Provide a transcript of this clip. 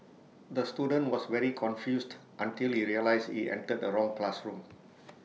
the student was very confused until he realised he entered the wrong classroom